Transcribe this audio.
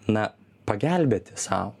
na pagelbėti sau